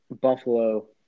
Buffalo